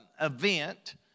event